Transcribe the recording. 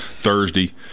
thursday